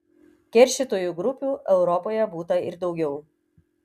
keršytojų grupių europoje būta ir daugiau